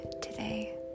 today